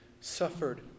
suffered